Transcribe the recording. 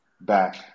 back